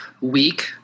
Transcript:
week